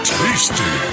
tasty